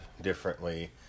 differently